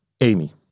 Amy